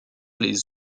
les